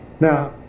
now